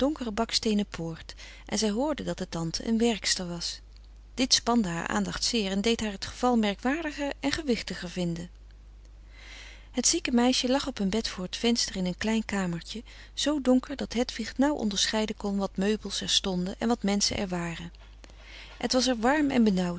baksteenen poort en zij hoorde dat de tante een werkster was dit spande haar aandacht zeer en deed haar t geval merkwaardiger en gewichtiger vinden het zieke meisje lag op een bed voor t venster in een klein kamertje zoo donker dat hedwig nauw onderscheiden kon wat meubels er stonden en wat menschen er waren het was er warm en benauwd